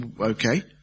okay